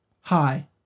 hi